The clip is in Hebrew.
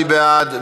מי בעד?